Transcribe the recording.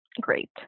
great